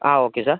ആ okay sir